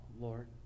Lord